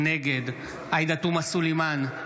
נגד עאידה תומא סלימאן,